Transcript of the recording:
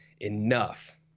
enough